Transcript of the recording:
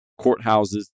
courthouses